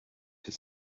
his